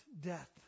death